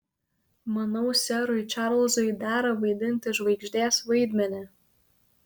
manau serui čarlzui dera vaidinti žvaigždės vaidmenį